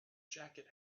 jacket